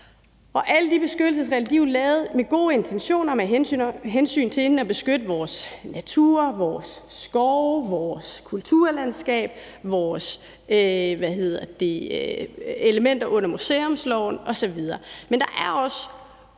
Alle de beskyttelsesregler er jo lavet med gode intentioner og med hensyn til at beskytte vores natur, vores skove, vores kulturlandskab, vores elementer under museumsloven osv. Men der er også